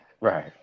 Right